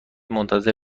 منتظر